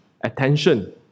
attention